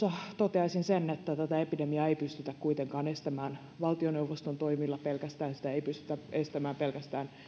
toteaisin sen että tätä epidemiaa ei pystytä kuitenkaan estämään pelkästään valtioneuvoston toimilla sitä ei pystytä estämään pelkästään